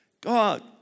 God